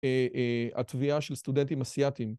‫התביעה של סטודנטים אסייתים.